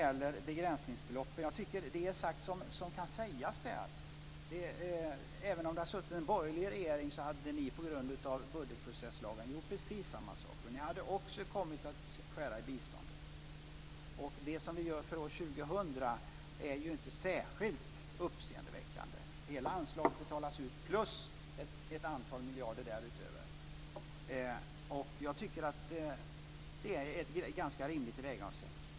Jag tycker att det som kan sägas är sagt när det gäller begränsningsbeloppen. Även om vi hade haft en borgerlig regering hade den gjort precis samma sak på grund av budgetprocesslagen. Den hade också skurit i biståndet. Det som vi gör för år 2000 är ju inte särskilt uppseendeväckande. Hela anslaget betalas ut, plus ett antal miljarder därutöver. Jag tycker att det är ett ganska rimligt tillvägagångssätt.